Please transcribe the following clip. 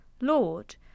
Lord